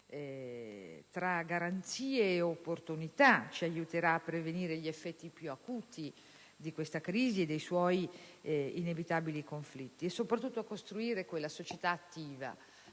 tra garanzie e opportunità ci aiuterà a prevenire gli effetti più acuti di questa crisi e dei suoi inevitabili conflitti, ma soprattutto a costruire quella società attiva,